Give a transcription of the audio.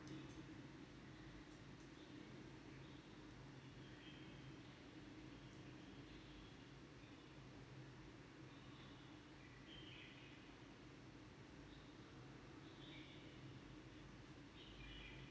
the